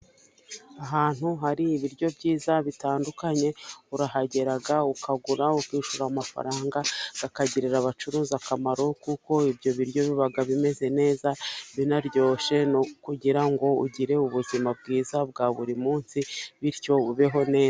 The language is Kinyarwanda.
Ahantu hari ibiryo byiza bitandukanye, urahagera ukagura ukishyura amafaranga akagirira abacuruza akamaro, kuko ibyo biryo biba bimeze neza binaryoshye. Ni ukugira ngo ugire ubuzima bwiza bwa buri munsi bityo ubeho neza.